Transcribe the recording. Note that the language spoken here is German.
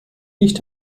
nicht